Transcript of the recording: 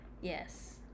yes